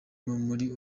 muri